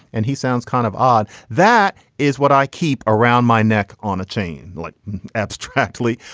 and he sounds kind of odd. that is what i keep around my neck on a chain like abstractly.